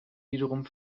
wiederum